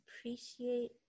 appreciate